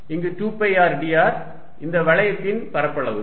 இங்கு 2 pi r dr இந்த வளையத்தின் பரப்பளவு